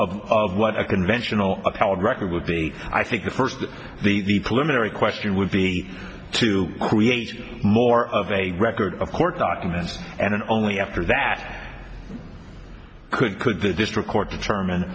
of of what a conventional record with the i think the first the question would be to create more of a record of court documents and only after that could could the district court determine